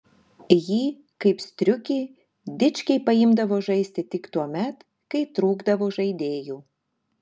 jį kaip striukį dičkiai priimdavo žaisti tik tuomet kai trūkdavo žaidėjų